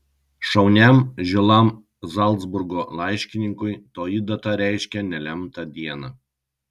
šauniam žilam zalcburgo laiškininkui toji data reiškė nelemtą dieną